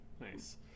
Nice